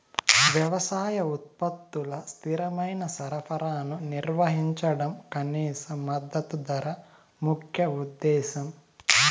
వ్యవసాయ ఉత్పత్తుల స్థిరమైన సరఫరాను నిర్వహించడం కనీస మద్దతు ధర ముఖ్య ఉద్దేశం